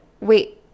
Wait